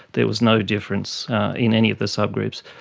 there was no difference in any of the subgroups.